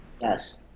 Yes